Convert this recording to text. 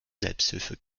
selbsthilfe